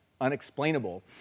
unexplainable